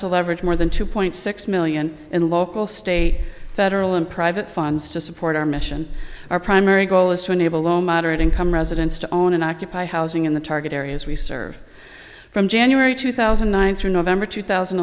leverage more than two point six million in local state federal and private funds to support our mission our primary goal is to enable low moderate income residents to own and occupy housing in the target areas we serve from january two thousand and nine through november two thousand